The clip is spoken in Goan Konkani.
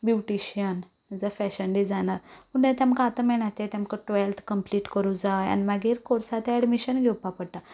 ब्युटिशन जावं फॅशन डिझायनर पूण तें तेमकां आतां मेळना तें तेमकां टुवेल्थ कम्पलीट करूंक जाय आनी मागीर कोर्सांत ते एडमिशन घेवपाक जाय पडटा